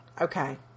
okay